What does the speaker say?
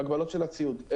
והגבלות של הציוד.